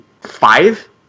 five